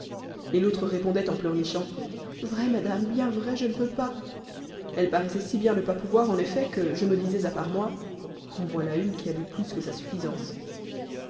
et l'autre répondait en pleurnichant vrai madame bien vrai je ne peux pas elle paraissait si bien ne pas pouvoir en effet que je me disais à part moi en voilà une qui a bu plus que sa suffisance